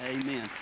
Amen